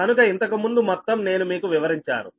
కనుక ఇంతకుముందు మొత్తం నేను మీకు వివరించాను